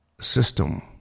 system